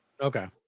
okay